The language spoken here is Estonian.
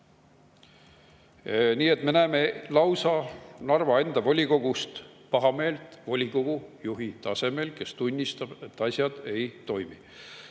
Me näeme lausa Narva enda volikogust pahameelt volikogu juhi tasemel, kes tunnistab, et asjad ei toimi.